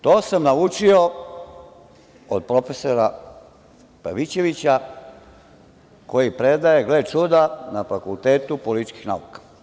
To sam naučio od profesora Pavićevića, koji predaje, gle čuda, na Fakultetu političkih nauka.